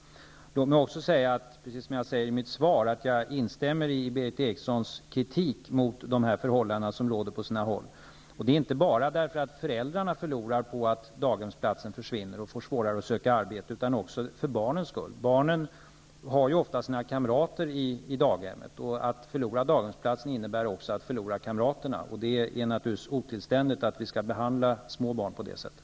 Låt mig också säga, precis som jag säger i mitt svar, att jag instämmer i Berith Erikssons kritik mot de förhållanden som råder på sina håll. Det gör jag inte bara därför att föräldrarna förlorar på att daghemsplatsen försvinner och får svårare att söka arbete, utan också för barnens skull. De har ju ofta sina kamrater på daghemmet. Att förlora daghemsplatsen innebär också att förlora kamraterna. Det är naturligtvis otillständigt att vi skall behandla små barn på det sättet.